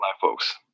folks